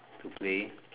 to play